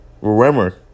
Remember